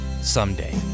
Someday